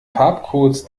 farbcodes